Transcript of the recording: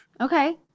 Okay